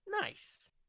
Nice